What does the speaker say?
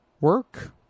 work